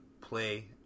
play